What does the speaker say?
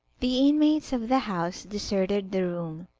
the inmates of the house deserted the room,